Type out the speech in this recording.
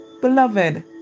beloved